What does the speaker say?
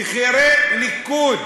בכירי הליכוד.